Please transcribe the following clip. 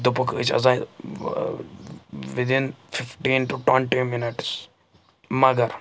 دوٚپُکھ ٲسۍ آسا وِدِن فِفٹیٖن ٹُو ٹُونٹی مِنَٹس مگر